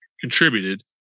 contributed